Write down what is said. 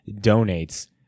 donates